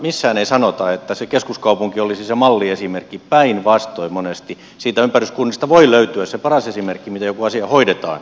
missään ei sanota että se keskuskaupunki olisi se malliesimerkki päinvastoin monesti niistä ympäryskunnista voi löytyä se paras esimerkki miten joku asia hoidetaan